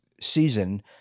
season